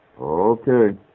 Okay